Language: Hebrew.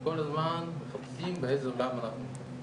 כל הזמן מחפשים באיזה אולם אנחנו מתאמנים,